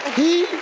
he